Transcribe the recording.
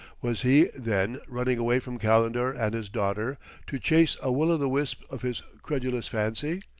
was he, then, running away from calendar and his daughter to chase a will-o'-the-wisp of his credulous fancy,